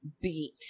beat